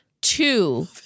Two